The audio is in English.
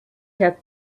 had